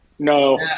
No